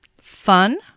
fun